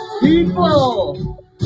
people